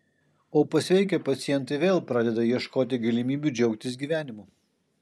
o pasveikę pacientai vėl pradeda ieškoti galimybių džiaugtis gyvenimu